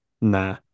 nah